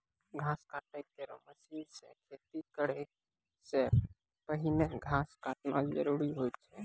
घास काटै केरो मसीन सें खेती करै सें पहिने घास काटना जरूरी होय छै?